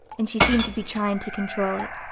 and she seemed to be trying to control it.